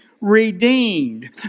redeemed